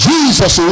Jesus